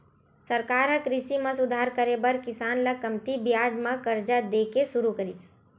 सरकार ह कृषि म सुधार करे बर किसान ल कमती बियाज म करजा दे के सुरू करिस